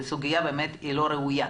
זאת סוגיה לא ראויה.